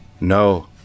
No